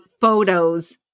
photos